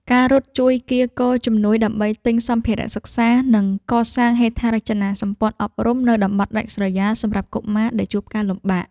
ការរត់ជួយកៀរគរជំនួយដើម្បីទិញសម្ភារៈសិក្សា និងកសាងហេដ្ឋារចនាសម្ព័ន្ធអប់រំនៅតំបន់ដាច់ស្រយាលសម្រាប់កុមារដែលជួបការលំបាក។